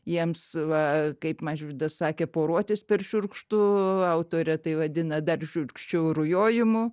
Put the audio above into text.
jiems va kaip mažvydas sakė poruotis per šiurkštu autorė tai vadina dar šiurkščiau rujojimu